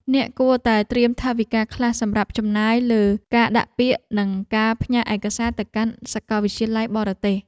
អ្នកគួរតែត្រៀមថវិកាខ្លះសម្រាប់ចំណាយលើការដាក់ពាក្យនិងការផ្ញើឯកសារទៅកាន់សាកលវិទ្យាល័យបរទេស។